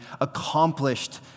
accomplished